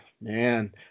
man